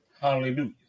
Hallelujah